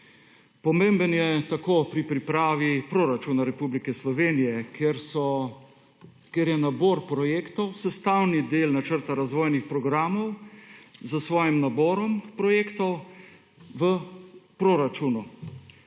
Pomemben je tako pri pripravi proračuna Republike Slovenije kjer je nabor projektov sestavni del načrta razvojnih programov s svojim naborom projektov v proračunu,